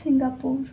Singapore